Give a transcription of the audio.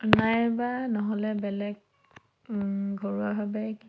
নাইবা নহ'লে বেলেগ ঘৰুৱাভাৱে